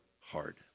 hard